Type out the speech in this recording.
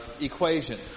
equation